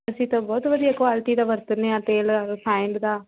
ਅਸੀਂ ਤਾਂ ਬਹੁਤ ਵਧੀਆ ਕੁਆਲਟੀ ਦਾ ਵਰਤਦੇ ਹਾਂ ਤੇਲ ਰਿਫਾਇੰਡ ਦਾ